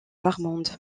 marmande